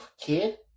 kid